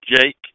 Jake